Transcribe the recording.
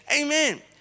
Amen